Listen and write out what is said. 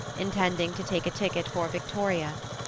intending to take a ticket for victoria.